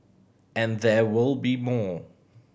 and there will be more